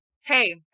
hey